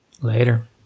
Later